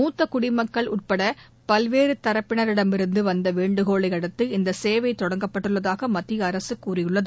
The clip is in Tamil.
மூத்த குடிமக்கள் உட்பட பல்வேறு தரப்பினரிடமிருந்து வந்த வேண்டுகோளை அடுத்து இந்த சேவை தொடங்கப்பட்டுள்ளதாக மத்திய அரசு கூறியுள்ளது